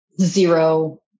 zero